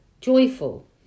joyful